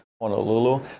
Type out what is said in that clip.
Honolulu